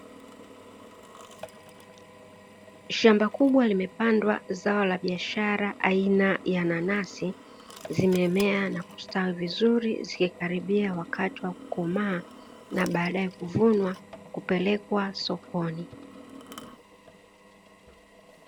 Shamba kubwa limepandwa zao la biashara aina ya nanasi zimemea na kustawi vizuri zikikaribia wakati wa kukomaa na baadae kuvunwa na kupelekwa sokoni.